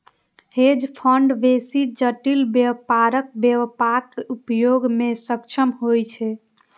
hedge fund बेसी जटिल व्यापारक व्यापक उपयोग मे सक्षम होइ छै